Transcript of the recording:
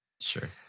Sure